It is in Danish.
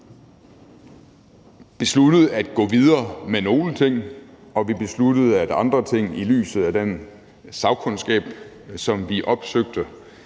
besluttede at gå videre med nogle ting, og så besluttede vi, at andre ting, i lyset af hvad vi fik at vide af den sagkundskab, som vi opsøgte,